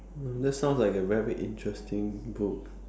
that sounds like a very interesting book